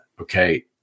Okay